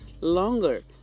longer